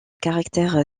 caractère